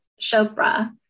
Chopra